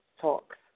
talks